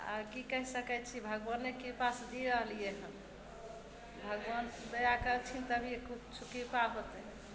आर की कहि सकय छी भगवाने कृपासँ जी रहलियै हँ भगवान दया करथिन तभी कुछ कृपा होतय